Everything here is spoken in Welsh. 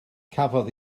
cafodd